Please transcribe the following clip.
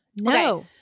No